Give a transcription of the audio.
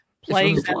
playing